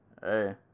hey